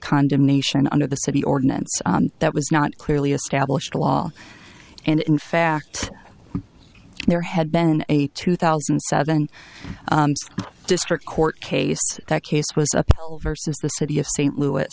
condemnation under the city ordinance that was not clearly established law and in fact there had been a two thousand and seven district court case that case was up versus the city of st louis